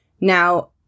Now